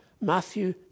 Matthew